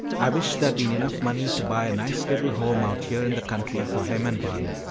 i wish there'd been enough money to buy a nice little home out here in the country for him and barney.